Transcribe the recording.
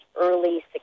early